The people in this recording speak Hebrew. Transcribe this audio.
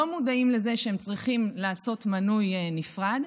לא מודעים לזה שהם צריכים לעשות מנוי נפרד,